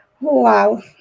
wow